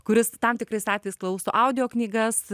kuris tam tikrais atvejais klauso audio knygas